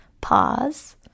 pause